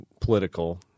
political